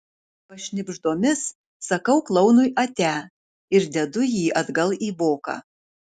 pašnibždomis sakau klounui ate ir dedu jį atgal į voką